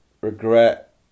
regret